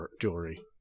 jewelry